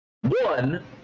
One